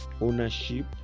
ownership